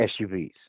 SUVs